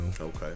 Okay